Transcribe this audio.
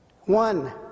One